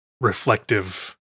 reflective